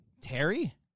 Terry